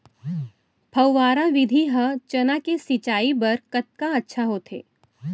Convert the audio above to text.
फव्वारा विधि ह चना के सिंचाई बर कतका अच्छा होथे?